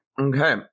Okay